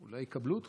אולי יקבלו אותך.